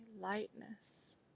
lightness